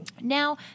Now